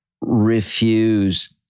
refuse